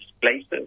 places